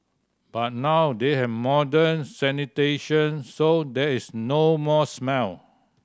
but now they have modern sanitation so there is no more smell